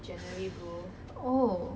oh